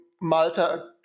Malta